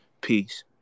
Peace